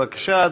בבקשה,